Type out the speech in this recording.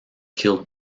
killed